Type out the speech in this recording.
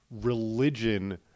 religion